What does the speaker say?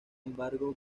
embargo